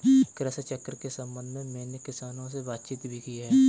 कृषि चक्र के संबंध में मैंने किसानों से बातचीत भी की है